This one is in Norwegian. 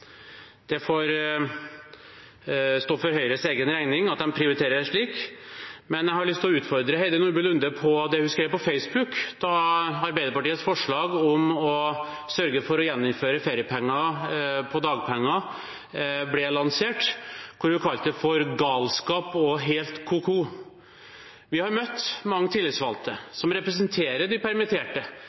Det får stå for Høyres egen regning at de prioriterer slik, men jeg har lyst til å utfordre Heidi Nordby Lunde på det hun skrev på Facebook da Arbeiderpartiets forslag om å sørge for å gjeninnføre feriepenger på dagpenger ble lansert. Hun kalte det for «galskap» og «helt ko-ko». Vi har møtt mange tillitsvalgte som representerer de permitterte,